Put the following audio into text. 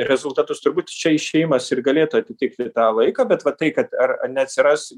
rezultatus turbūt čia išėjimas ir galėtų atitikti tą laiką bet va tai kad ar neatsiras